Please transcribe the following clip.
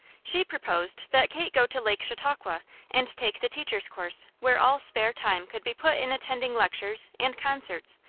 she proposed that kate go to lake chautauqua and take the teachers' course, where all spare time could be put in attending lectures, and concerts,